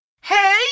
Hey